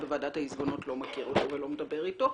בוועדת העיזבונות לא מכיר אותו ולא מדבר איתו.